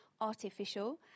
artificial